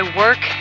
work